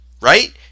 Right